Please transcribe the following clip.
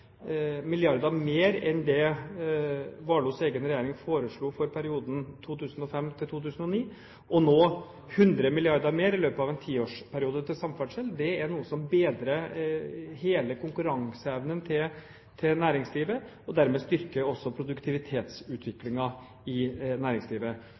mer enn det Warloes egen regjering foreslo for perioden 2005–2009, og nå 100 mrd. kr mer i løpet av en tiårsperiode til samferdsel er noe som bedrer hele konkurranseevnen til næringslivet, og dermed styrker også produktivitetsutviklingen i næringslivet.